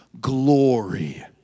glory